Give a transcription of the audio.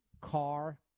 CAR